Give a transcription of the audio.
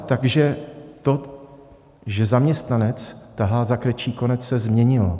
Takže to, že zaměstnanec tahá za kratší konec, se změnilo.